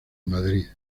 madrid